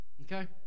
Okay